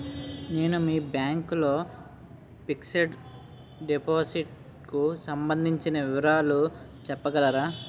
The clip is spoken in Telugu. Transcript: నేను మీ బ్యాంక్ లో ఫిక్సడ్ డెపోసిట్ కు సంబందించిన వివరాలు చెప్పగలరా?